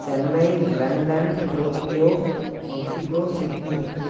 Chennai London Tokyo Mexico Sydney